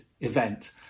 event